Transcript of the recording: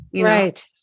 Right